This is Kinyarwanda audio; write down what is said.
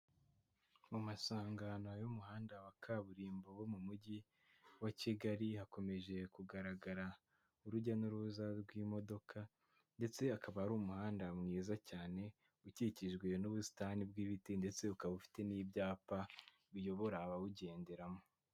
Mu masangano y'umuhanda wa kaburimbo wo mu mujyi wa Kigali, hakomeje kugaragara urujya n'uruza rw'imodoka ndetse akaba ari umuhanda mwiza cyane ukikijwe n'ubusitani bw'ibiti ndetse ukaba ufite n'ibyapa biyobora abawugenderamo.